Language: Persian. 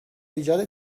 ایجاد